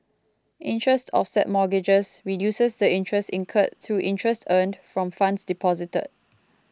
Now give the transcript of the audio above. interest offset mortgages reduces the interest incurred through interest earned from funds deposited